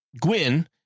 gwyn